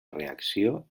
reacció